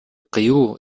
кыюу